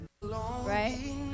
right